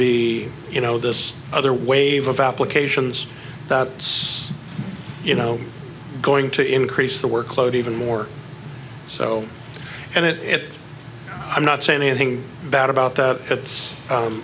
be you know this other wave of applications that it's you know going to increase the workload even more so and it i'm not saying anything bad about that that's